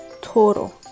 total